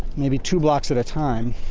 maybe two blocks at a time